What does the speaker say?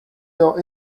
your